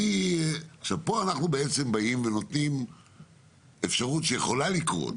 פה אנחנו נותנים אפשרות שיכולה לקרות,